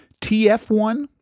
TF1